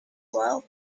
well